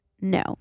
no